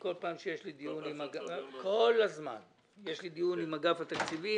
כל פעם שיש לי דיון עם אגף התקציבים